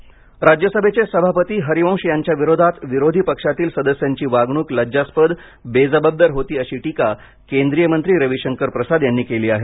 रविशंकर प्रसाद राज्यसभेचे उपसभापती हरिवंश यांच्याविरोधात विरोधी पक्षातील सदस्यांची वागणूक लज्जास्पद बेजबाबदार होती अशी टीका केंद्रीय मंत्री रविशंकर प्रसाद यांनी केली आहे